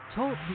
Talk